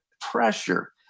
pressure